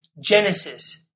Genesis